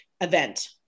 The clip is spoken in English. event